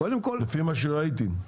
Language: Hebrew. לפי מה שראיתי,